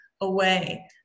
away